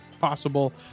possible